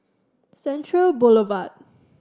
Central Boulevard